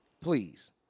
Please